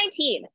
2019